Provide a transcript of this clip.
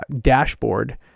dashboard